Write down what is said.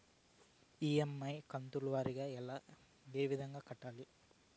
EMI కంతుల వారీగా ఏ విధంగా కట్టాలి